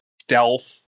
stealth